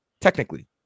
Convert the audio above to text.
technically